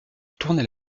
tournait